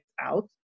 out